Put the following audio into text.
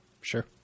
Sure